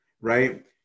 right